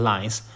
Lines